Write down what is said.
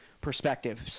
perspective